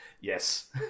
Yes